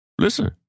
Listen